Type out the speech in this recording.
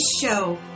show